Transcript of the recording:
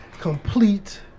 complete